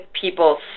people